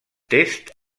tests